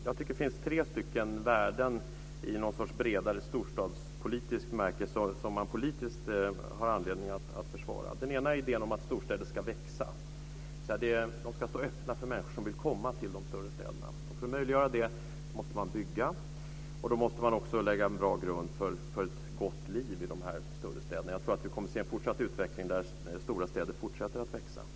Jag tycker att det finns tre värden i något slags bredare storstadspolitisk bemärkelse som man politiskt har anledning att försvara. Det första är idén om att storstäder ska växa. De ska stå öppna för människor som vill komma till de större städerna. För att möjliggöra det måste man bygga. Man måste också lägga en bra grund för ett gott liv i de större städerna. Jag tror att vi kommer att se en fortsatt utveckling där stora städer fortsätter att växa.